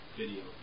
video